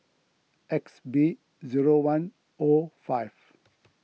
X B zero one O five